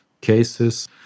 cases